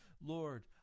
Lord